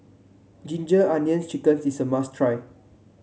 Ginger Onions chicken is a must try